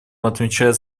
отмечает